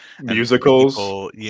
musicals